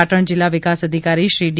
પાટણ જિલ્લા વિકાસ અધિકારીશ્રી ડી